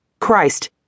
Christ